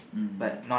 mm yeah